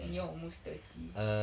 and you're almost thirty